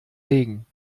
regen